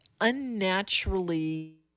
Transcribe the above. unnaturally